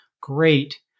great